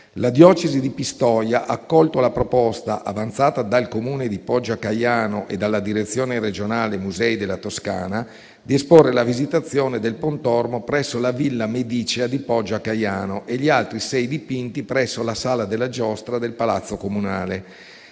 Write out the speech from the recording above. La diocesi di Pistoia ha accolto la proposta avanzata dal Comune di Poggio a Caiano e dalla direzione regionale musei della Toscana, di esporre la Visitazione del Pontormo presso la Villa medicea di Poggio a Caiano e gli altri sei dipinti presso la Sala della giostra del Palazzo comunale.